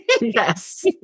Yes